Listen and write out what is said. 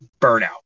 burnout